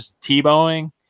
T-bowing